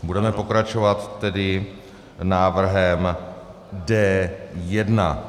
Budeme pokračovat tedy návrhem D1.